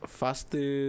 faster